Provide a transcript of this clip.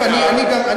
תכף אני גם,